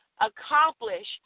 accomplish